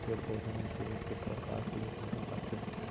पेड़ पउधा मन सुरूज के परकास ले भोजन पाथें